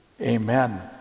Amen